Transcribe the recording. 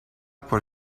por